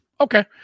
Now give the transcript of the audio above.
Okay